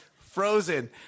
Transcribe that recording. frozen